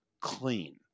clean